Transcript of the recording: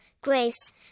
grace